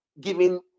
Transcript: giving